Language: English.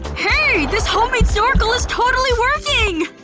hey! this homemade snorkel is totally working!